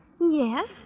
Yes